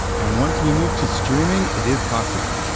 and once we move to streaming, it is possible.